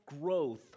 growth